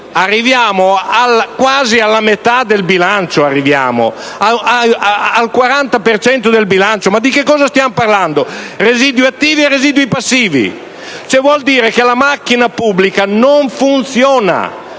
miliardi, quasi alla metà del bilancio, al 40 per cento del bilancio. Ma di cosa stiamo parlando? Residui attivi e residui passivi: vuol dire che la macchina pubblica non funziona.